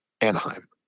Anaheim